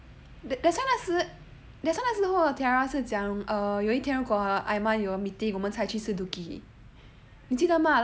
that's why 那时后 tiara 是讲有一天如果 aiman 有 meeting 我们才去吃 dooki 你记得吗